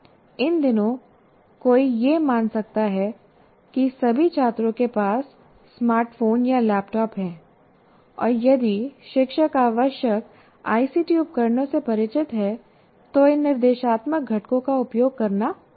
इन दिनों कोई यह मान सकता है कि सभी छात्रों के पास स्मार्टफोन या लैपटॉप हैं और यदि शिक्षक आवश्यक आईसीटी उपकरण से परिचित है तो इन निर्देशात्मक घटकों का उपयोग करना संभव है